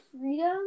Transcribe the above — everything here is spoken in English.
freedom